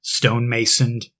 stonemasoned